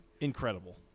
incredible